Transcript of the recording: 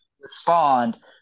respond